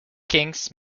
kings